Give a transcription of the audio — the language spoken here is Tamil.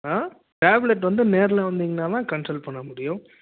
ஆ டேப்லெட் வந்து நேரில் வந்திங்கனால்தான் கன்சல்ட் பண்ண முடியும்